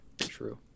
True